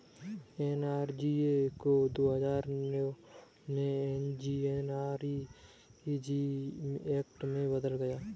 NREGA को दो हजार नौ में एम.जी.एन.आर.इ.जी एक्ट में बदला गया